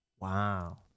wow